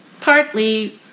partly